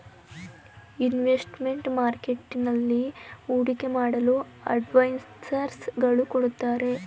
investment marketing ನಲ್ಲಿ ಹೂಡಿಕೆ ಮಾಡಲು ಅಡ್ವೈಸರ್ಸ್ ಗಳು ಕೊಡುತ್ತಾರೆ